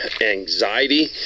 anxiety